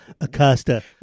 Acosta